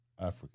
Africa